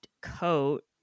coat